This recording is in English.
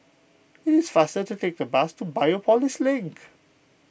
it is faster to take the bus to Biopolis Link